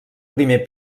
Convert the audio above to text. primer